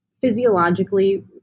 physiologically